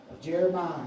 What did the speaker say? Jeremiah